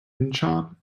incheon